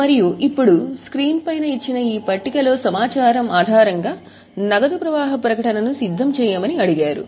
మరియు ఇప్పుడు ఈ పట్టిక లో సమాచారం ఆధారంగా నగదు ప్రవాహ ప్రకటనను సిద్ధం చేయమని అడిగారు